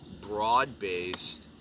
broad-based